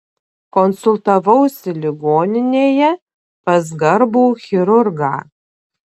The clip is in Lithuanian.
konsultavausi ligoninėje pas garbų chirurgą